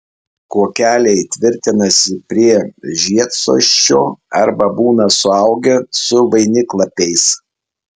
kuokeliai tvirtinasi prie žiedsosčio arba būna suaugę su vainiklapiais